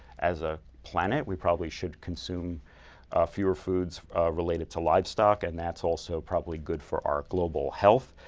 as a planet, we probably should consume fewer foods related to livestock, and that's also probably good for our global health.